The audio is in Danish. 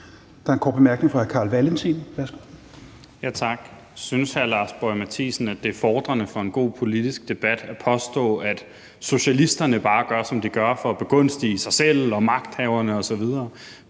(SF): Tak. Synes hr. Lars Boje Mathiesen, at det er befordrende for en god politisk debat at påstå, at socialisterne bare gør, som de gør, for at begunstige sig selv og magthaverne osv.?